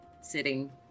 sitting